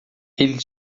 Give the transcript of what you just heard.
ele